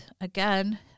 again